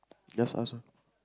just ask